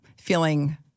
feeling